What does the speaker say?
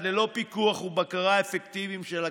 ללא פיקוח ובקרה אפקטיביים של הכנסת.